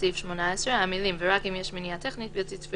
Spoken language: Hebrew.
הצבעה בעד מיעוט נגד רוב לא אושר.